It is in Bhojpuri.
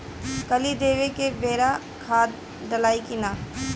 कली देवे के बेरा खाद डालाई कि न?